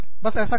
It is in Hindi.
बस ऐसा करें